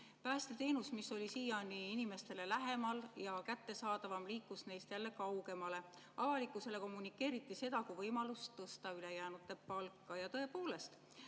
Päästeteenus, mis oli siiani inimestele lähemal ja kättesaadavam, liikus neist jälle kaugemale. Avalikkusele kommunikeeriti seda kui võimalust tõsta ülejäänute palka. Tõepoolest,